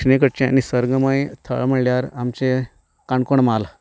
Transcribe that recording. दक्षिणे कडचें सर्गमय थळ म्हळ्यार आमचें काणकोण म्हाल